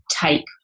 take